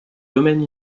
domaine